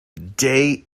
day